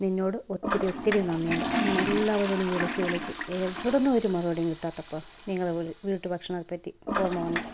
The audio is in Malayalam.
നിന്നോട് ഒത്തിരി ഒത്തിരി നന്ദി ഉണ്ട് ഞാൻ എല്ലാവരോടും വിളിച്ച് വിളിച്ച് എവിടെ നിന്നും ഒരു മറുപടിയും കിട്ടാത്തപ്പം നിങ്ങളുടെ വീട്ട് ഭക്ഷണത്തെ പറ്റി ഓർമ്മ വന്നേ